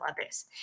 others